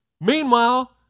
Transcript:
Meanwhile